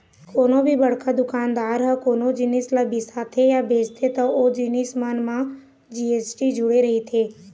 कोनो बड़का दुकानदार ह कोनो जिनिस ल बिसाथे या बेचथे त ओ जिनिस मन म जी.एस.टी जुड़े रहिथे